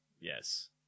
Yes